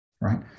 right